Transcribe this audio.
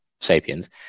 sapiens